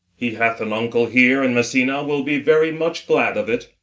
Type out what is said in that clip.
he hath an uncle here in messina will be very much glad of it.